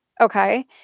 Okay